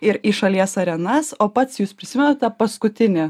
ir į šalies arenas o pats jūs prisimenat tą paskutinį